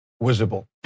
visible